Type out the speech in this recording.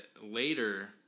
later